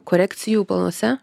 korekcijų planuose